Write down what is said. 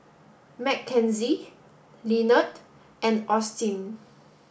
Mckenzie Lenard and Austyn